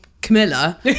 Camilla